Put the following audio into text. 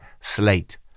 slate